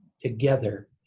together